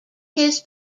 his